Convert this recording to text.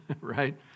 right